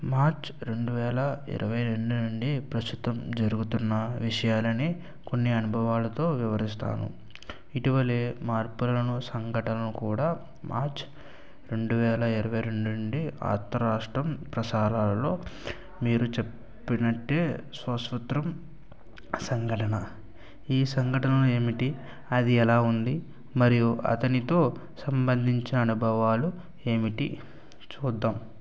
March రెండు వేల ఇరవై రెండు నుండి ప్రస్తుతం జరుగుతున్న విషయాలని కొన్ని అనుభవాలతో వివరిస్తాను ఇటీవల మార్పులను సంఘటనలు కూడా మార్చ్ రెండు వేల ఇరవై రెండు నుండి అంతరాష్ట్ర ప్రసారాలలో మీరు చెప్పినట్టే స్వతంత్ర సంఘటన ఈ సంఘటనలు ఏమిటి అది ఎలా ఉంది మరియు అతనితో సంబంధించిన అనుభవాలు ఏమిటి చూద్దాం